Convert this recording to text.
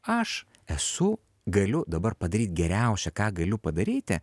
aš esu galiu dabar padaryt geriausia ką galiu padaryti